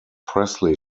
presley